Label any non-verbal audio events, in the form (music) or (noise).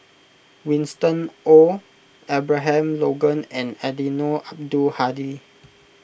Winston Oh Abraham Logan and Eddino Abdul Hadi (noise)